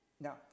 Now